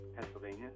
Pennsylvania